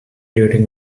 during